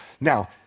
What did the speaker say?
Now